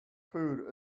food